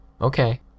Okay